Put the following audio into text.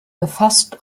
gefasst